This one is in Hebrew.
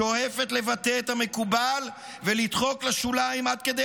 שואפת לבטא את המקובל ולדחוק לשוליים עד כדי